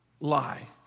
lie